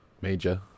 major